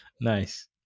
Nice